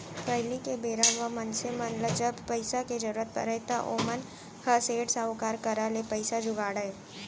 पहिली के बेरा म मनसे मन ल जब पइसा के जरुरत परय त ओमन ह सेठ, साहूकार करा ले पइसा जुगाड़य